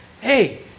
Hey